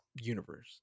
universe